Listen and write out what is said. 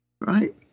right